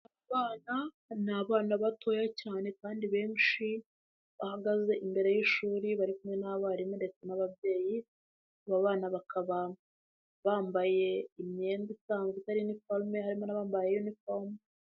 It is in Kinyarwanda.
Abana, ni abana batoya cyane kandi benshi, bahagaze imbere y'ishuri bari kumwe n'abarimu ndetse n'ababyeyi, aba bana bakaba bambaye imyenda isanzwe itari iniforume harimo n'abambaye uniforume.